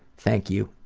thank you.